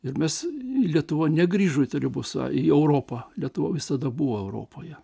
ir mes lietuva negrįžo į tarybų są į europą lietuva visada buvo europoje